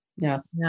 Yes